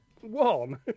One